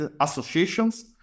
associations